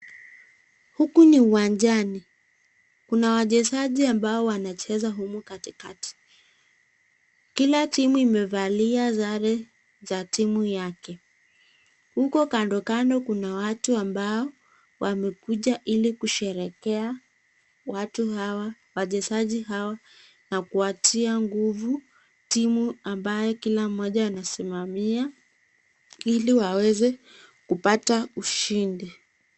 Huku ni uwanjani. Kuna wachezaji ambao wanacheza humu katikati. Kila timu imevalia sare za timu yake. Huku kando kando kuna watu ambao wamekuja ili kusherehekea watu hawa, wachezaji hawa, na kuwatia nguvu timu ambayo kila mmoja anasimamia ili waweze kupata ushindi.